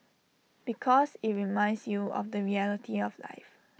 because IT reminds you of the reality of life